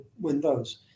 windows